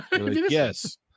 yes